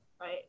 right